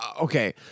Okay